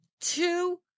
two